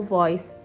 voice